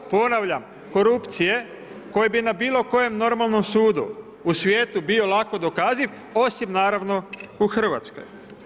Ponavljam korupcije koja bi na bilo kojem normalnom sudu u svijetu bio lako dokaziv osim naravno u Hrvatskoj.